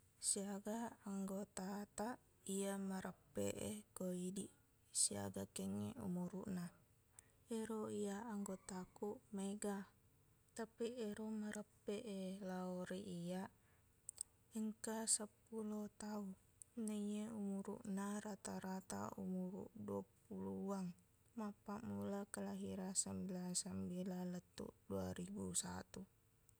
Siaga anggotataq iya mareppeq e ko idiq siaga kengngeq umuruqna ero iyaq anggotakuq mega tapiq ero mareppeq e lao ri iyaq engka seppulo tau naiye umuruqna rata-rata umuruq duappulowang mappammula kelahiran sembilan sembilan lettuq dua ribu satu